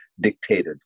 dictated